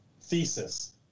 thesis